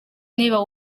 niba